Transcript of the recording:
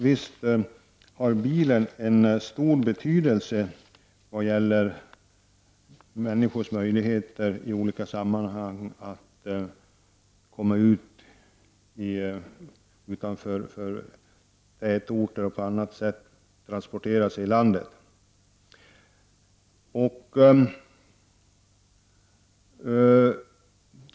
Visst har bilen betydelse för människors möjligheter att i olika sammanhang komma ut utanför tätorter och på annat sätt transportera sig i landet.